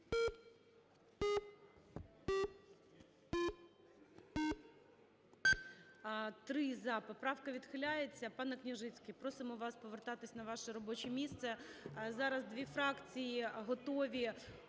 За-3 Поправка відхиляється. Пане Княжицький, просимо вас повертатись на ваше робоче місце. Зараз дві фракції готові